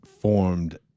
formed